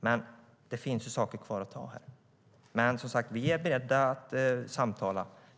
Men det finns ju saker kvar att ta här. Men, som sagt, vi är beredda att samtala.